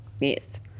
Yes